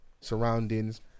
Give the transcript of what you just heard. surroundings